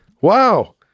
Wow